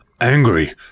angry